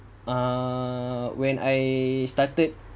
err when I started